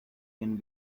can